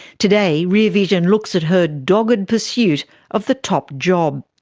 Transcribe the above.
today, rear vision looks at her dogged pursuit of the top job.